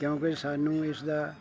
ਕਿਉਂਕਿ ਸਾਨੂੰ ਇਸ ਦਾ